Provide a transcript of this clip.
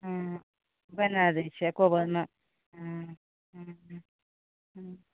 हँ बनाय दै छै कोबरमे हँ हँ हँ